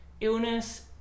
illness